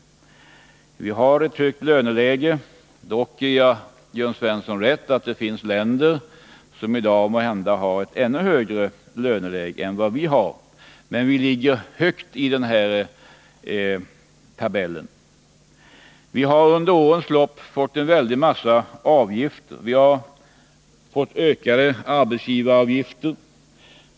Vi har ett högt löneläge. Jag ger dock Jörn Svensson rätt i att det finns länder som i dag måhända har ett ännu högre löneläge än vi har, men vi ligger högt i tabellen. Företagen har under årens lopp fått en mängd avgifter — ökade arbetsgivaravgifter.